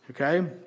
Okay